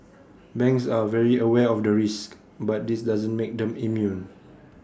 banks are very aware of the risks but this doesn't make them immune